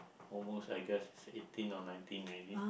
almost I guess eighteen or nineteen already